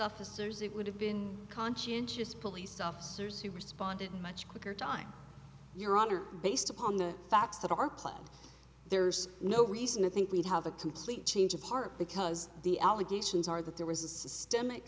officers it would have been conscientious police officers who responded much quicker time your honor based upon the facts that are played there's no reason to think we'd have a complete change of heart because the allegations are that there was a systemic